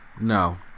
no